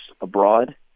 abroad